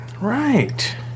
Right